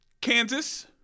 Kansas